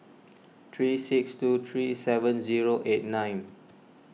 three six two three seven zero eight nine